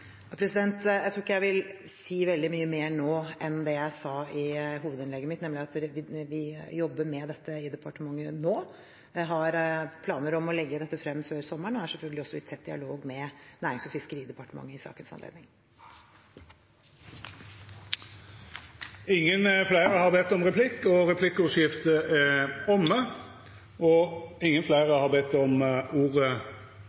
Jeg tror ikke jeg vil si veldig mye mer nå enn det jeg sa i hovedinnlegget mitt, nemlig at vi jobber med det dette i departementet nå. Vi har planer om å legge dette frem før sommeren og er selvfølgelig også i tett dialog med Nærings- og fiskeridepartementet i sakens anledning. Replikkordskiftet er omme. Fleire har ikkje bedt om